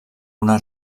una